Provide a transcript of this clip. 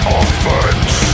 offense